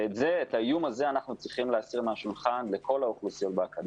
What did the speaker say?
ואת האיום הזה אנחנו צריכים להסיר מהשולחן לכל האוכלוסיות באקדמיה.